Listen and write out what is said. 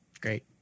Great